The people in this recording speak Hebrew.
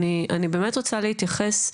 אני רוצה להתייחס,